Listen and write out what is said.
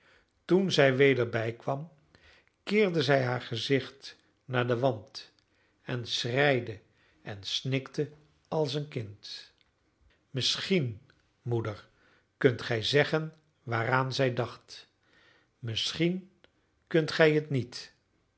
toen zij weder bijkwam keerde zij haar gezicht naar den wand en schreide en snikte als een kind misschien moeder kunt gij zeggen waaraan zij dacht misschien kunt gij het niet